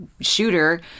shooter